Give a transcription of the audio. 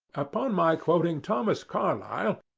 upon my quoting thomas carlyle,